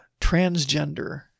transgender